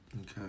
Okay